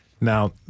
Now